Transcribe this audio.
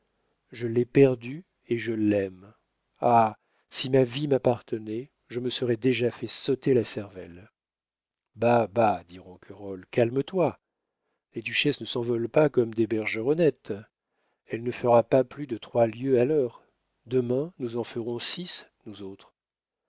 je l'ai perdue et je l'aime ah si ma vie m'appartenait je me serais déjà fait sauter la cervelle bah bah dit ronquerolles calme-toi les duchesses ne s'envolent pas comme des bergeronnettes elle ne fera pas plus de trois lieues à l'heure demain nous en ferons six nous autres